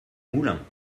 moulins